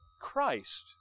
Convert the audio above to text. Christ